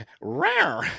rare